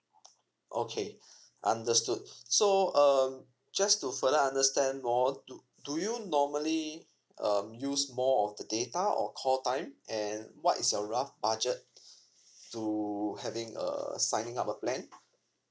okay understood so um just to further understand more do do you normally um use more of the data or call time and what is your rough budget to having a signing up a plan